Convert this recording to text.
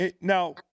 now